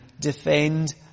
defend